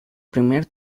primer